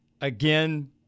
Again